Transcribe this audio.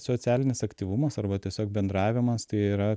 socialinis aktyvumas arba tiesiog bendravimas tai yra